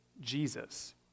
Jesus